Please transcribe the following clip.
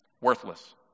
worthless